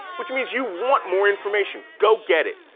which means you want more information. go get it,